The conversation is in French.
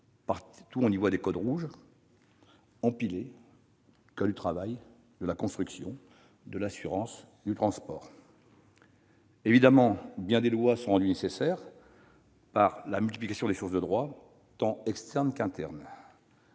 partout, on y aperçoit de gros codes rouges empilés : codes du travail, de la construction, de l'assurance, du transport ... Évidemment, bien des lois sont rendues nécessaires par la multiplication des sources du droit, tant externes qu'internes.